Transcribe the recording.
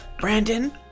Brandon